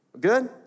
Good